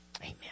Amen